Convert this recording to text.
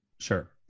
Sure